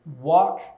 walk